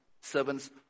servants